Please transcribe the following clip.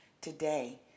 Today